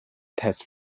test